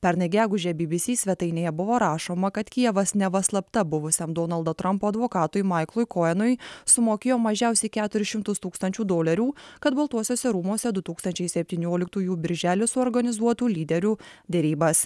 pernai gegužę by by si svetainėje buvo rašoma kad kijevas neva slapta buvusiam donaldo trampo advokatui maiklui koenui sumokėjo mažiausiai keturis šimtus tūkstančių dolerių kad baltuosiuose rūmuose du tūkstančiai septynioliktųjų birželį suorganizuotų lyderių derybas